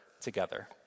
together